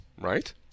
right